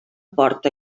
port